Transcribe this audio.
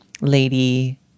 lady